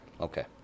Okay